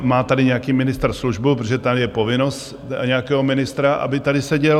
Má tady nějaký ministr službu, protože tady je povinnost nějakého ministra, aby tady seděl.